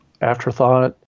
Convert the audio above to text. afterthought